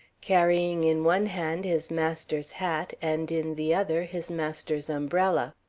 carrying in one hand his master's hat and in the other his master's umbrella.